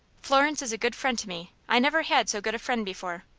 florence is a good friend to me. i never had so good a friend before.